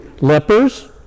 lepers